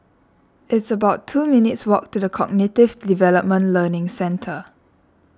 it's about two minutes' walk to the Cognitive Development Learning Centre